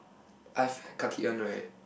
I felt kaki one right